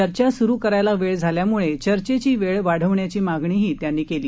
चर्चा सुरु करायला वेळ झाल्यामुळे चर्चेची वेळ वाढवण्याची मागणीही त्यांनी केली